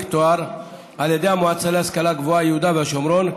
תואר על ידי המועצה להשכלה גבוהה (יהודה ושומרון),